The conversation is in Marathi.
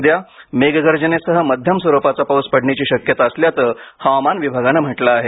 उद्या मेघगर्जनेसह मध्यम स्वरूपाचा पाऊस पडण्याची शक्यता असल्याचं हवामान विभागानं म्हटलं आहे